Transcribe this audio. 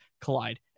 collide